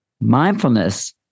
Mindfulness